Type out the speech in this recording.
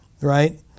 right